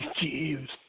Jeeves